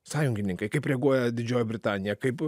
sąjungininkai kaip reaguoja didžioji britanija kaip